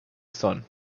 sun